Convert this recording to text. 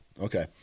Okay